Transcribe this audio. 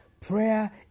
Prayer